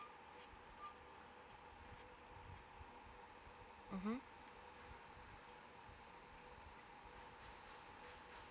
mmhmm